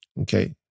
Okay